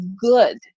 good